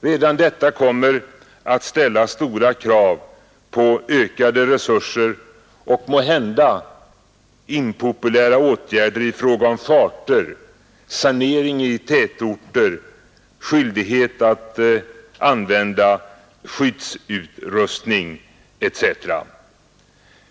Redan detta kommer att ställa stora krav på ökade resurser och måhända impopulära åtgärder i fråga om farter, sanering i tätorter, skyldighet att använda skyddsutrustning etc.